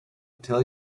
tell